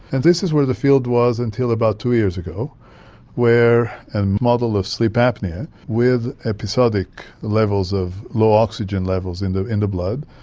and this is where the field was until about two years ago where a and model of sleep apnoea with episodic levels of low oxygen levels in the in the blood,